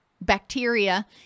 bacteria